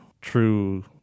true